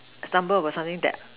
stumble upon something that